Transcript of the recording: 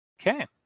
Okay